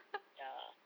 ya